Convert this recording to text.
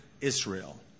Israel